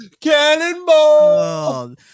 cannonball